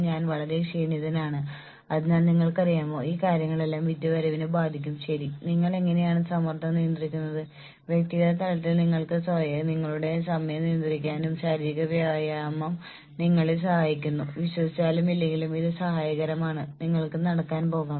ഞങ്ങൾ ജോലി അടിസ്ഥാനമാക്കിയുള്ള നഷ്ടപരിഹാര പദ്ധതികൾ നടപ്പിലാക്കുമ്പോൾ അവർക്ക് എത്ര ശമ്പളം നൽകണം എന്നതിനെക്കുറിച്ചുള്ള ജീവനക്കാരുടെ ധാരണയെക്കുറിച്ചല്ല ഞങ്ങൾ സംസാരിക്കുന്നത്